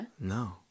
No